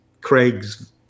Craig's